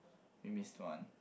we missed one